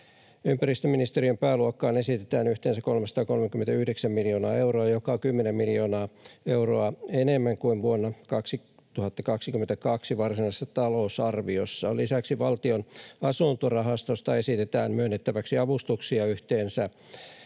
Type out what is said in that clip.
Ympäristöministeriön pääluokkaan esitetään yhteensä 339 miljoonaa euroa, joka on 10 miljoonaa euroa enemmän kuin vuoden 2022 varsinaisessa talousarviossa. Lisäksi Valtion asuntorahastosta esitetään myönnettäväksi avustuksia yhteensä